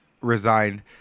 resigned